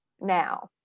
now